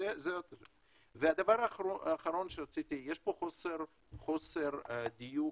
דבר אחרון, יש פה חוסר דיוק